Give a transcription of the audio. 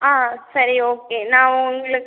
ஆ சரி ஓகே நான் உங்களுக்கு